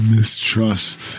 Mistrust